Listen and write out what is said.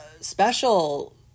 special